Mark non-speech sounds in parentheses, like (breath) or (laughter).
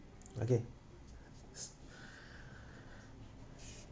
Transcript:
okay s~ (breath)